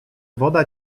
woda